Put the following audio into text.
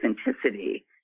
authenticity